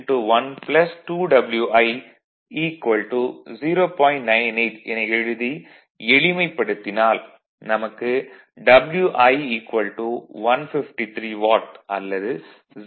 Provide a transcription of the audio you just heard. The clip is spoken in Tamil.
98 என எழுதி எளிமைப்படுத்தினால் நமக்கு Wi 153 வாட் அல்லது 0